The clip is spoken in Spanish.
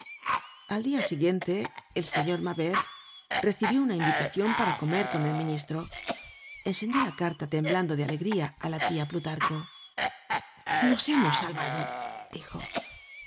al dia siguiente el señor mabeuf recibió una invitacion para comer con el ministro enseñó la carta temblando de alegría á la tia plutarco nos hemos salvado dijo